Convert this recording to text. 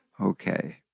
Okay